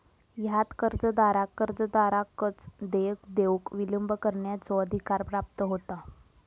ह्यात कर्जदाराक कर्जदाराकच देय देऊक विलंब करण्याचो अधिकार प्राप्त होता